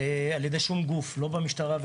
על ידי שום גוף לא במשטרה,